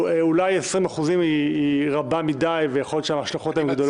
אולי הפחתה של 20% היא גדולה מדי ויכול להיות שההשלכות הן גדולות מדי.